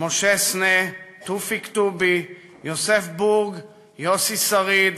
משה סנה, תופיק טובי, יוסף בורג, יוסי שריד,